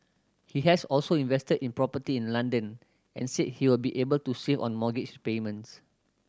he has also invested in property in London and said he will be able to save on mortgage payments